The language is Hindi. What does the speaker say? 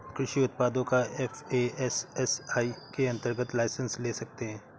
कृषि उत्पादों का एफ.ए.एस.एस.आई के अंतर्गत लाइसेंस ले सकते हैं